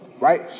Right